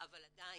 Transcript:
יש רשימה,